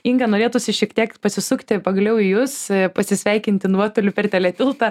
inga norėtųsi šiek tiek pasisukti pagaliau į jus pasisveikinti nuotoliu per teletiltą